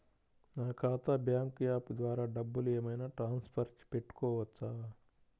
నా ఖాతా bank app ద్వారా డబ్బులు ఏమైనా ట్రాన్స్ఫర్ పెట్టుకోవచ్చా?